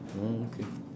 mm okay